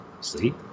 See